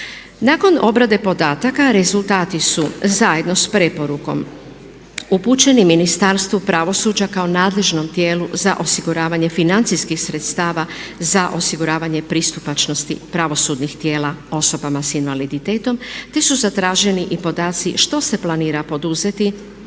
Nakon obrade podataka rezultati su zajedno s preporukom upućeni Ministarstvu pravosuđa kao nadležnom tijelu za osiguravanje financijskih sredstava za osiguravanje pristupačnosti pravosudnih tijela osobama s invaliditetom te su zatraženi i podaci što se planira poduzeti